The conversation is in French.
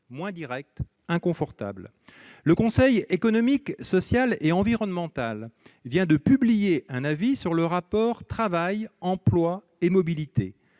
moins directs, inconfortables ». Le Conseil économique, social et environnemental (CESE) vient de publier un avis sur le rapport entre travail, emploi et mobilités,